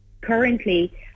currently